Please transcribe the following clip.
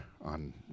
on